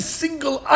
single